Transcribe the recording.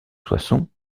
soissons